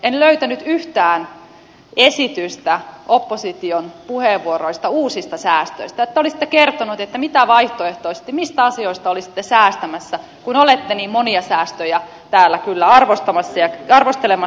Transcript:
en löytänyt yhtään esitystä opposition puheenvuoroista uusista säästöistä että olisitte kertoneet mistä asioista vaihtoehtoisesti olisitte säästämässä kun olette niin monia säästöjä täällä kyllä arvostelemassa ja kritisoimassa